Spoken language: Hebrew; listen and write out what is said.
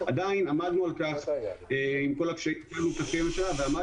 עדיין עמדנו על כך עם כל הקשיים עמדנו